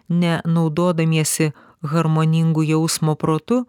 ne naudodamiesi harmoningu jausmo protu